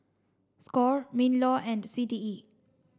Score MINLAW and C T E